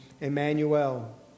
Emmanuel